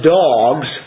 dogs